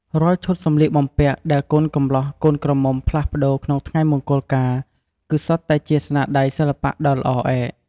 រាល់ឈុតសម្លៀកបំពាក់ដែលកូនកម្លោះកូនក្រមុំផ្លាស់ប្ដូរក្នុងថ្ងៃមង្គលការ គឺសុទ្ធតែជាស្នាដៃសិល្បៈដ៏ល្អឯក។